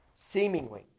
Seemingly